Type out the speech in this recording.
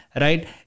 right